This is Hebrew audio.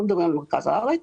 לא מדברים על מרכז הארץ